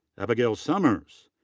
abigail sommers,